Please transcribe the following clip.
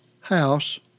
house